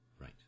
Right